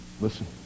listen